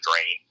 drain